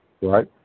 right